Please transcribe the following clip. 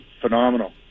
phenomenal